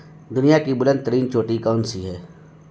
دنیا کی بلند ترین چوٹی کون سی ہے